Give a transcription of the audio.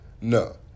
No